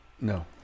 No